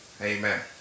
amen